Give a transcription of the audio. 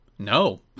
No